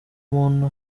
muntu